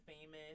famous